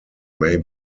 may